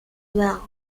well